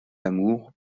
lamour